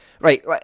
Right